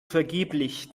vergeblich